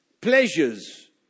Pleasures